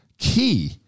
key